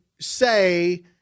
say